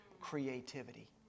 creativity